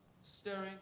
staring